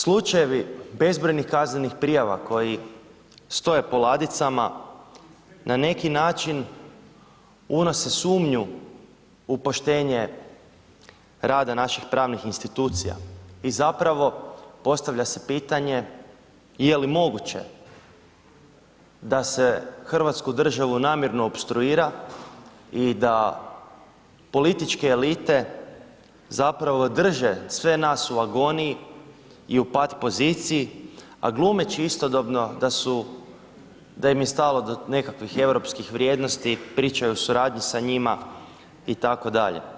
Slučajevi bezbrojnih kaznenih prijava koji stoje po ladicama na neki način unose sumnju u poštenje rada naših pravnih institucija i zapravo postavlja se pitanje je li moguće da se hrvatsku državu namjerno opstruira i da političke elite zapravo drže sve nas u agoniji i u pat poziciji, a glumeći istodobno da im je stalo do nekakvih europskih vrijednosti, pričaju o suradnji sa njima itd.